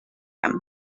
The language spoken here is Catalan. camp